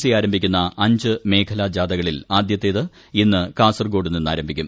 C ആരംഭിക്കുന്ന അഞ്ച് മേഖലാ ജാഥകളിൽ ആദ്യത്തേത് ഇന്ന് കാസർഗോഡ് നിന്ന് ആരംഭിക്കും